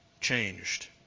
changed